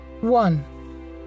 One